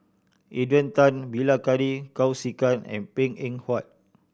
Adrian Tan Bilahari Kausikan and Png Eng Huat